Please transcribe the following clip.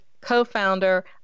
co-founder